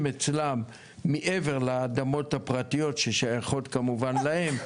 אצלם מעבר לאדמות הפרטיות ששייכות כמובן להם,